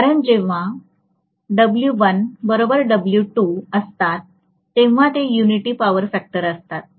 कारण जेव्हा W1 बरोबर W2 असतात तेव्हा ते युनिटी पॉवर फॅक्टर असतात